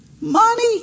money